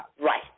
Right